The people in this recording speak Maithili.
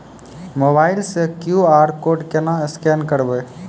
मोबाइल से क्यू.आर कोड केना स्कैन करबै?